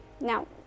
Now